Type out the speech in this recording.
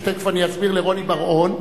שתיכף אני אסביר לרוני בר-און,